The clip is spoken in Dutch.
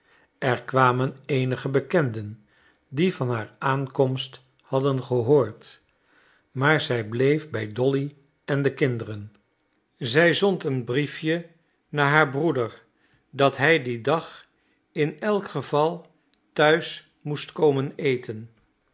er kwamen eenige bekenden die van haar aankomst hadden gehoord maar zij bleef bij dolly en de kinderen zij zond een briefje naar haar broeder dat hij dien dag in elk geval thuis moest komen eten